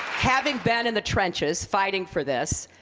having been in the trenches fighting for this,